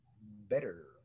better